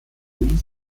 queen